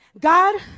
God